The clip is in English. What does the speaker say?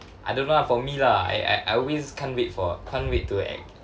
I don't know ah for me lah I I I always can't wait for can't wait to act